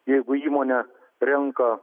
jeigu įmonė renka